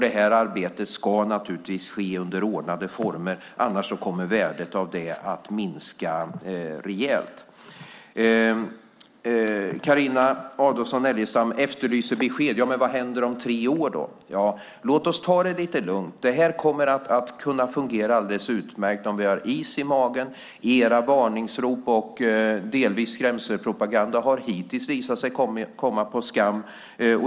Det arbetet ska naturligtvis ske under ordnade former. Annars kommer värdet av det att minska rejält. Carina Adolfsson Elgestam efterlyser besked: Vad händer om tre år? Låt oss ta det lite lugnt. Det kommer att kunna fungera alldeles utmärkt om vi har is i magen. Era varningsrop och delvis skrämselpropaganda har hittills visat sig komma på skam.